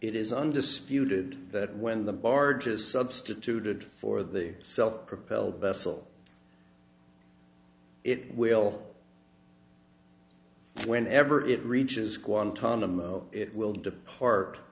it is undisputed that when the barges substituted for the self propelled vessel it will when ever it reaches kuantan and it will depart